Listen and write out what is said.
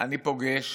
פוגש